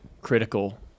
critical